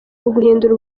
uguhindura